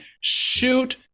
shoot